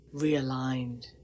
realigned